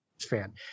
fan